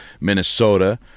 Minnesota